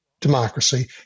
democracy